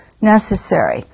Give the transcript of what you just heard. necessary